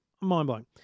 mind-blowing